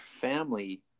family